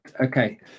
Okay